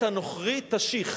את הנוכרי תשיך,